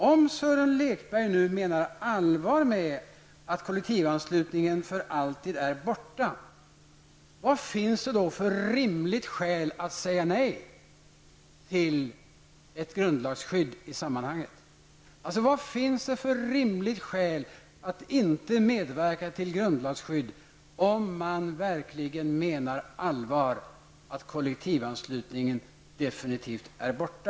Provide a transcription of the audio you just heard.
Om Sören Lekberg nu menar allvar med att kollektivanslutningen för alltid är borta, vad finns det då för rimligt skäl att säga nej till ett grundlagsskydd i sammanhanget? Vad finns det för rimligt skäl att inte medverka till grundlagsskydd, om man verkligen menar allvar med att kollektivanslutningen definitivt är borta?